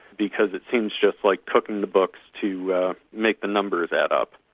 because it seems just like cooking the books to make the numbers add up.